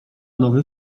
nowy